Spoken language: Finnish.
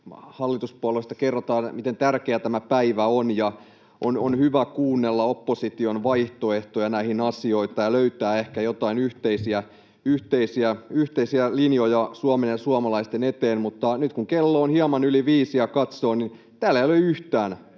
hallituspuolueista kerrotaan, miten tärkeä tämä päivä on ja miten on hyvä kuunnella opposition vaihtoehtoja näihin asioihin ja löytää ehkä joitain yhteisiä linjoja Suomen ja suomalaisten eteen, mutta nyt kun kello on hieman yli viisi ja katsoo, niin täällä ei ole yhtään